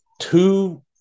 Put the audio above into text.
two